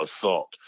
assault